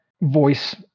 voice